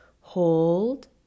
hold